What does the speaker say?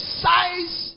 size